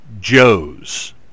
Joes